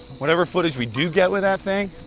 whatever footage we do get with that thing,